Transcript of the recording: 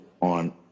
on